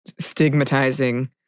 stigmatizing